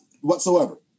whatsoever